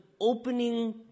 opening